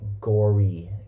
gory